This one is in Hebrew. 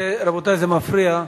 רבותי, זה מפריע.